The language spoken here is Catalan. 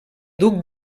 duc